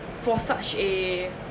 for such a